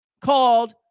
called